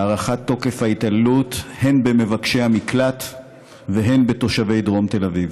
הארכת תוקף ההתעללות הן במבקשי המקלט והן בתושבי דרום תל אביב.